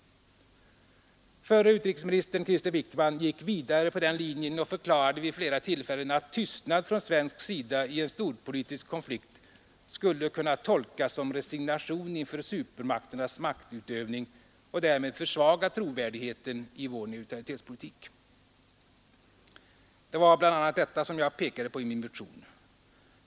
Förre utrikesministern Krister Wickman gick vidare på den linjen och förklarade vid flera tillfällen, att tystnad från svensk sida i en storpolitisk konflikt skulle kunna tolkas som resignation inför supermakternas maktutövning och därmed försvaga trovärdigheten i vår neutralitetspolitik. Det var bl.a. detta som jag pekade på i min motion.